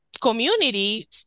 community